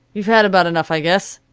you've had about enough i guess.